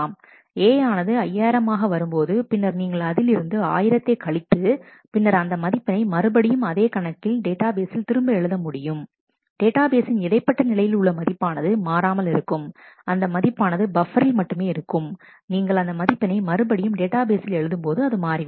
A ஆனது 5000 ஆக வரும்போது பின்னர் நீங்கள் அதிலிருந்து ஆயிரத்தை கழித்து பின்னர் அந்த மதிப்பினை மறுபடியும் அதே கணத்தில் டேட்டாபேஸில் திரும்ப எழுத முடியும் டேட்டாபேஸின் இடைப்பட்ட நிலையில் உள்ள மதிப்பானது மாறாமல் இருக்கும் அந்த மதிப்பானது பஃப்பரில் மட்டுமே இருக்கும் நீங்கள் அந்த மதிப்பினை மறுபடியும் டேட்டாபேஸில் எழுதும்போது அது மாறிவிடும்